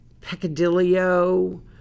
peccadillo